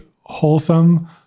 wholesome